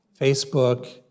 Facebook